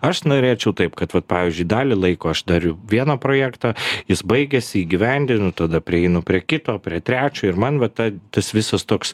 aš norėčiau taip kad vat pavyzdžiui dalį laiko aš dariu vieną projektą jis baigiasi įgyvendinu tada prieinu prie kito prie trečio ir man vat ta tas visas toks